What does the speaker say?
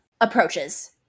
approaches